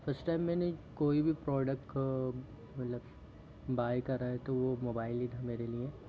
first time मैंने कोई भी प्रोडक्ट मतलब बाय करा है तो वो मोबाइल ही था मेरे लिए